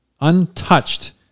untouched